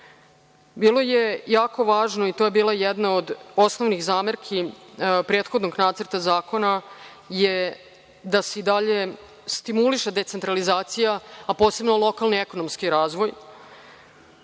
Bilo je jako važno, i to je bila jedna od osnovnih zamerki prethodnog Nacrta zakona je da se i dalje stimuliše decentralizacija, a posebno lokalni i ekonomski razvoj,